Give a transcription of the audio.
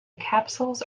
capsules